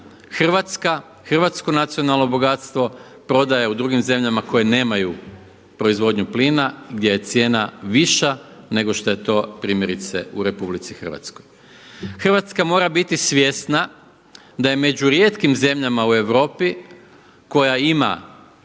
hrvatska, hrvatsko nacionalno bogatstvo prodaje u drugim zemljama koje nemaju proizvodnju plina gdje je cijena viša nego što je to primjerice u RH. Hrvatska mora biti svjesna da je među rijetkim zemljama u Europi koja ima